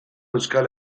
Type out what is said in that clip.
euskal